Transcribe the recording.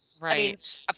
right